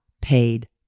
Paid